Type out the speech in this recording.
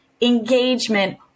engagement